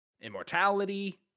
immortality